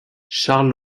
charles